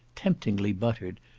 temptingly buttered,